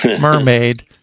mermaid